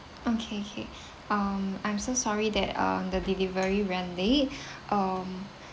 okay K um I'm so sorry that uh the delivery ran late um